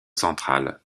central